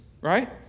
right